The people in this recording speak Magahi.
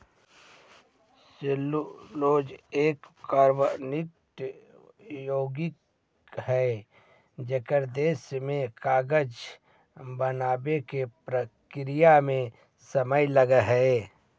सेल्यूलोज एक कार्बनिक यौगिक हई जेकर रेशा से कागज बनावे के प्रक्रिया में समय लगऽ हई